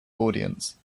audience